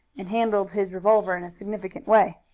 and handled his revolver in a significant way.